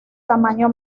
tamaño